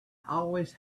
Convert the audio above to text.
always